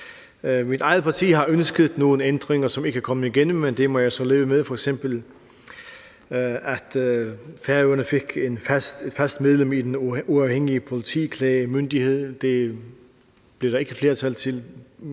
Mit eget parti har ønsket nogle ændringer, som ikke er kommet igennem, men det må jeg så leve med, f.eks. at Færøerne fik et fast medlem i Den Uafhængige Politiklagemyndighed. Det blev der ikke flertal for;